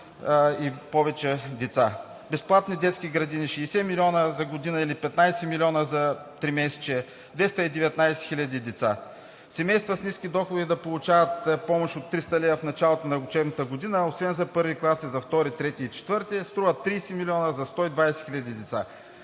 и повече деца. Безплатни детски градини – 60 милиона за година, или 15 милиона за тримесечие, 219 хиляди деца. Семейства с ниски доходи да получават помощ от 300 лв. в началото на учебната година, а освен за I клас за II, III и IV – струват 30 милиона за 120 хил. деца.